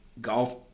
golf